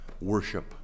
Worship